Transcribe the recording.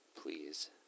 please